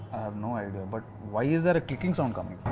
no idea but why is there a clicking sound coming?